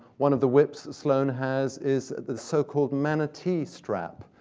one of the whips sloane has is the so-called manatee strap,